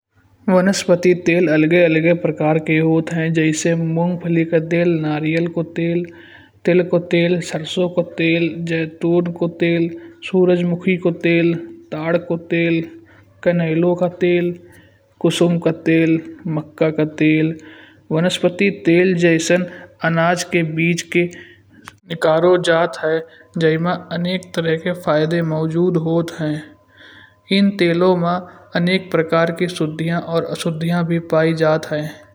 वनस्पति तेल अलग-अलग प्रकार के होते हैं। जैसे मूँगफली का तेल, नारियल का तेल, तिल का तेल, सरसों का तेल, जैतून का तेल, सूरजमुखी का तेल, ताड़ का तेल, कैनेलो का तेल। कुसुम का तेल, मक्का का तेल, वनस्पति तेल जैसे अनाज के बीच के निकालों जात है जैंमें अनेक तरह के फायदे मौजूद होत हैं। इन तेलों में अनेक प्रकार की शुद्धियाँ और अशुद्धियाँ भी पाई जात ह।